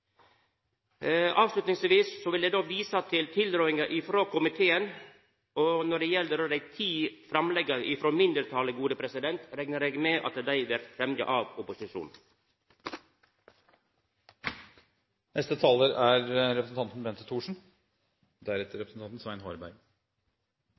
vil eg visa til tilrådinga frå komiteen. Når det gjeld dei ti framlegga frå mindretalet, reknar eg med at dei blir fremja av